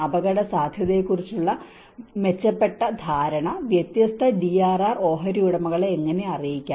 അപകടസാധ്യതയെക്കുറിച്ചുള്ള മെച്ചപ്പെട്ട ധാരണ വ്യത്യസ്ത ഡിആർആർ ഓഹരി ഉടമകളെ എങ്ങനെ അറിയിക്കാം